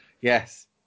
Yes